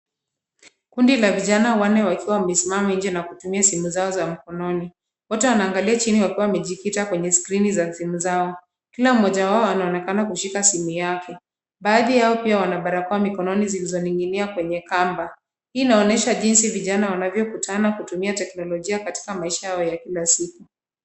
Kundi la vijana wanne wakiwa wamesimama nje na kutumia simu zao mkononi. Wote wanaangalia chini wakiwa wamejificha kwenye skrini za simu zao. Kila mmoja wao anaonekana kushika simu yake, baadhi yao pia wana barakoa mikonononi zilizong'ing'inia kwenye kamba. Hii inaonyesha jinsi vijana wanavyokutana kutumia teknologia katika maisha yao ya kila siku.